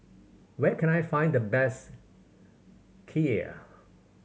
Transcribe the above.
where can I find the best Kheer